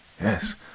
Yes